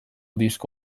disko